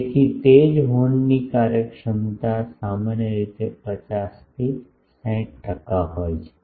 તેથી તેથી જ હોર્નની કાર્યક્ષમતા સામાન્ય રીતે 50 થી 60 ટકા હોય છે